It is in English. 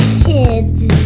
kids